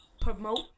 promote